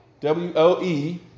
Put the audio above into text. W-O-E